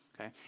okay